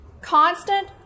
Constant